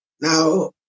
Now